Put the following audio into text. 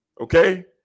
okay